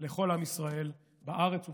ולכל עם ישראל בארץ ובתפוצות.